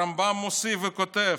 הרמב"ם מוסיף וכותב: